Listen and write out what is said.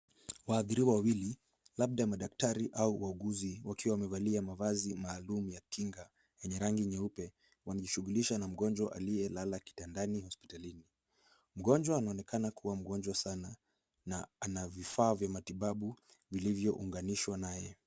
Waathiriwa wawili, labda madaktari au wauguzi, wakiwa wamevalia mavazi maalum ya kinga yenye rangi nyeupe wanajishughulisha na mgonjwa aliye lala kitandani hospitalini. Mgonjwa anaonekana kuwa mgonjwa sana na ana vifaa vya matibabu vilivyounganishwa naye.